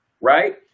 right